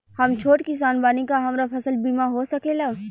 हम छोट किसान बानी का हमरा फसल बीमा हो सकेला?